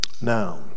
Now